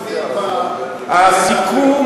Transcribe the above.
בסיכום,